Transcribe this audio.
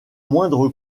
moindre